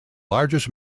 largest